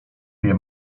wie